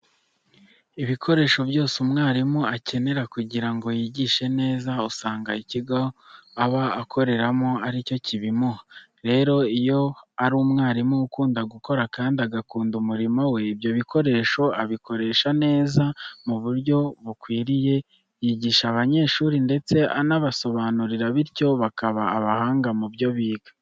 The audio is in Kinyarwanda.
Ibikoresho byose umwarimu akenera kugira ngo yigishe neza usanga ikigo aba akoreramo ari cyo kibimuha. Rero iyo ari umwarimu ukunda gukora kandi agakunda umurimo we, ibyo bikoresho abikoresha neza mu buryo bukwiriye yigisha abanyeshuri ndetse anabasobanurira bityo bakaba abahanga mu byo biga.